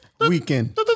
weekend